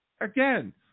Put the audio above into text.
Again